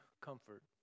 comfort